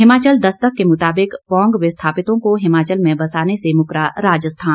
हिमाचल दस्तक के मुताबिक पौंग विस्थापितों को हिमाचल में बसाने से मुकरा राजस्थान